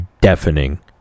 deafening